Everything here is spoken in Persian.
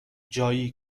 جایی